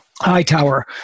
Hightower